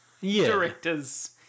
director's